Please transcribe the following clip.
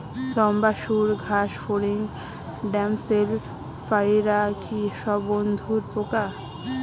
লম্বা সুড় ঘাসফড়িং ড্যামসেল ফ্লাইরা কি সব বন্ধুর পোকা?